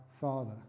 Father